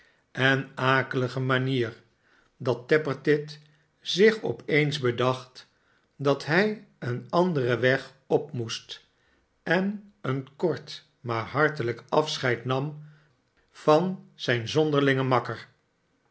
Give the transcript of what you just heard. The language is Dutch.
en akelige manier dat tappertit zich op eens bedacht dat hij een anderen weg op moest en een kort maar hartelijk afscheid nam van zijn zonderlingen makker